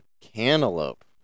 Cantaloupe